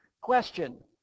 Question